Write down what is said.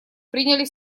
приняли